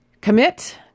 commit